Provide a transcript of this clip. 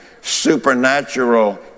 Supernatural